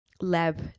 lab